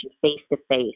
face-to-face